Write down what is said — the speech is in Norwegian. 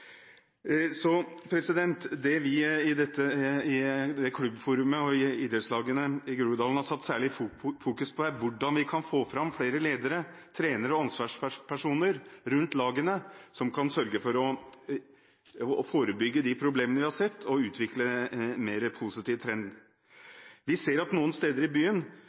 Det vi i dette klubbforumet og i idrettslagene i Groruddalen særlig har fokusert på, er hvordan vi kan få fram flere ledere, trenere og ansvarspersoner rundt lagene som kan sørge for å forebygge de problemene vi har sett, og utvikle en mer positiv trend. Vi ser at noen steder i